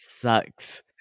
sucks